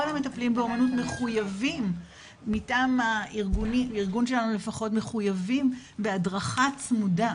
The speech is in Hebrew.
כל המטפלים באומנות מחויבים מטעם הארגונים בהדרכה צמודה.